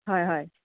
হয় হয়